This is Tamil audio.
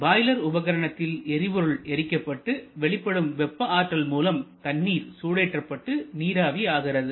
பாய்லர் உபகரணத்தில் எரிபொருள் எரிக்கப்பட்டு வெளிப்படும் வெப்ப ஆற்றல் மூலம் தண்ணீர் சூடேற்றப்பட்டு நீராவி ஆகிறது